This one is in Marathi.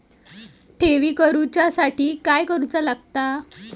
ठेवी करूच्या साठी काय करूचा लागता?